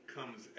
Comes